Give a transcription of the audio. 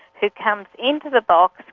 who comes in to the box,